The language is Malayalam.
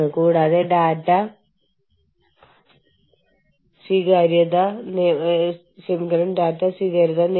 മാനേജ്മെന്റ് നൽകുന്നതെന്തും അവർ സ്വീകരിക്കുന്നു